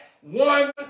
one